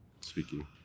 speaking